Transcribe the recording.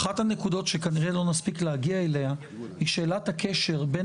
אחת הנקודות שכנראה לא נספיק להגיע אליה היא שאלת הקשר בין